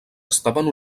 estaven